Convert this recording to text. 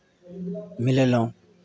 मिलयलहुँ